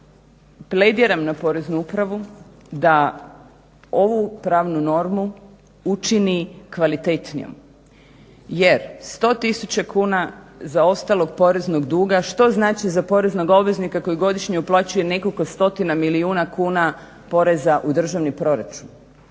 plediram na poreznu upravu da ovu pravnu normu učini kvalitetnijom jer 100 tisuća kuna zaostalog poreznog duga, što znači za poreznog obveznika koji godišnje uplaćuje nekoliko stotina milijuna kuna poreza u državni proračun.